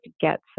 get